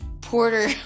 Porter